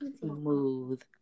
smooth